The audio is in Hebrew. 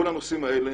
כל הנושאים האלה